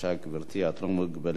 את לא מוגבלת בזמן.